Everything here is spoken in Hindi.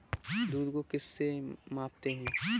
दूध को किस से मापते हैं?